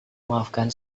maafkan